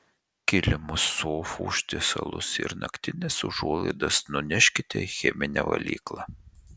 kilimus sofų užtiesalus ir naktines užuolaidas nuneškite į cheminę valyklą